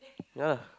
ya lah